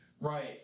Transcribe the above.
Right